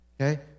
okay